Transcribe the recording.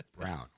Brown